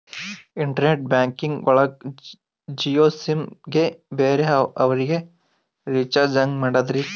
Internet banking ಒಳಗ Jio sim ಗೆ ಬೇರೆ ಅವರಿಗೆ ರೀಚಾರ್ಜ್ ಹೆಂಗ್ ಮಾಡಿದ್ರಿ?